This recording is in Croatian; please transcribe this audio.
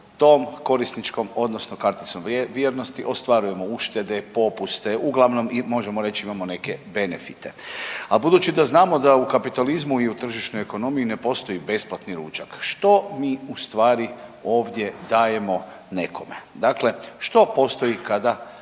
tom korisničkom odnosno karticom vrijednosti ostvarujemo uštede, popuste uglavnom možemo reći imamo neke benefite, a budući da znamo da u kapitalizmu i u tržišnoj ekonomiji ne postoji besplatni ručak što mi u stvari ovdje dajemo nekome. Dakle, što postoji kada